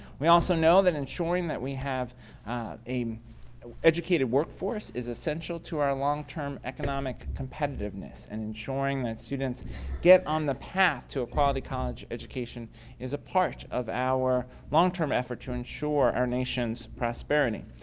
we also know that ensuring that we have an educated work force is essential to our long term economic competitiveness and ensuring that students get on the path to a quality college education is a part of our long-term effort to ensure our nation's prosperity.